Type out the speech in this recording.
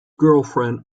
girlfriend